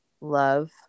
love